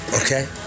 Okay